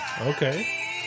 Okay